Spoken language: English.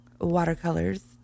Watercolors